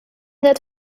that